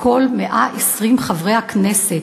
מכל 120 חברי הכנסת,